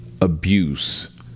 abuse